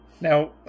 Now